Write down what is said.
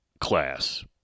class